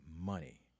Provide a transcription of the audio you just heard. money